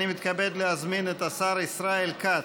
אני מתכבד להזמין את השר ישראל כץ,